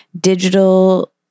digital